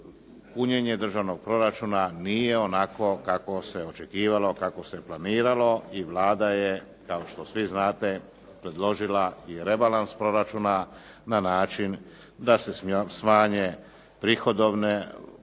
punjenje državnog proračuna nije onakvo kakvo se očekivalo, kako se planiralo i Vlada je, kao što svi znate, predložila i rebalans proračuna na način da se smanji pridohovna